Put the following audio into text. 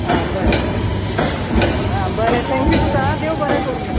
आं बरें बरें आं बरें थँक्यू तुका आं देव बरें करूं